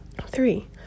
three